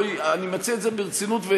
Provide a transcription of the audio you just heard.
אני מציע את זה ברצינות,